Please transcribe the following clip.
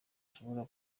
ashobora